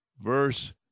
verse